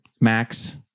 Max